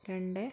രണ്ട്